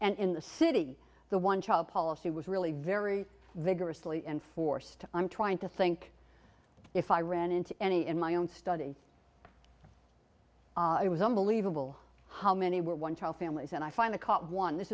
and in the city the one child policy was really very vigorously enforced i'm trying to think if i ran into any in my own study it was unbelievable how many were one child families and i finally caught one this